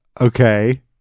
Okay